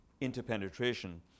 interpenetration